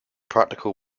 practical